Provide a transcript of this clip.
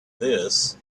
this